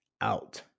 out